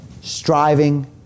striving